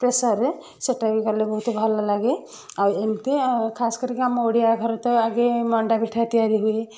ପ୍ରେସରରେ ସେଇଟା ବି କଲେ ବହୁତ ଭଲ ଲାଗେ ଆଉ ଏମିତି ଖାସ କରିକି ଆମ ଓଡ଼ିଆ ଘରେ ତ ଆଗେ ମଣ୍ଡା ପିଠା ତିଆରି ହୁଏ